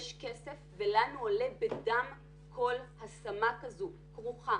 יש כסף ולנו עולה בדם כל השמה כזו והיא כרוכה